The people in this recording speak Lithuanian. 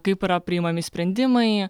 kaip yra priimami sprendimai